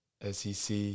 SEC